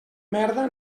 merda